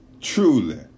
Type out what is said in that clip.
truly